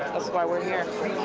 why we're here.